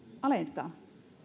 alentaa